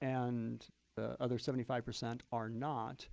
and the other seventy five percent are not,